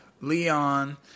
Leon